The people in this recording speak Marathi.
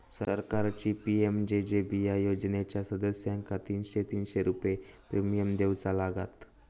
सरकारची पी.एम.जे.जे.बी.आय योजनेच्या सदस्यांका तीनशे तीनशे रुपये प्रिमियम देऊचा लागात